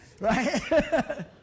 Right